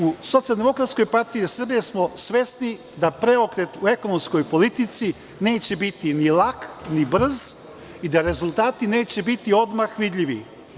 U SDPS smo svesni da preokret u ekonomskoj politici neće biti ni lak ni brz i da rezultati neće biti odmah vidljivi.